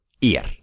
ir